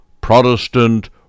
Protestant